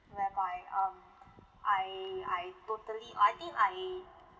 whereby um I I totally I think I